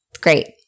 Great